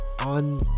On